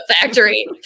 factory